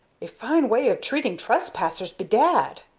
a fine way of treating trespassers, bedad!